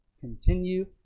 Continue